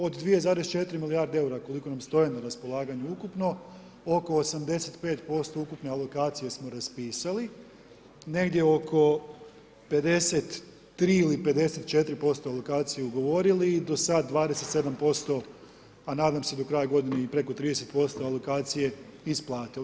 Od 2,4 milijarde EUR-a koliko nam stoje na raspolaganju ukupno oko 85% ukupne alokacije smo raspisali negdje oko 53% ili 54% alokacije ugovorili do sad 27% a nadam se do kraja godine i preko 30% alokacije isplatili.